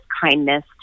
kindness